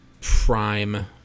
prime